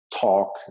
talk